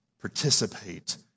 participate